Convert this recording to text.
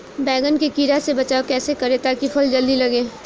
बैंगन के कीड़ा से बचाव कैसे करे ता की फल जल्दी लगे?